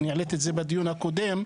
אני העליתי את זה בדיון הקודם.